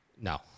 No